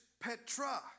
Petra